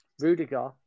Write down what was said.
Rudiger